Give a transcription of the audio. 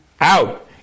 out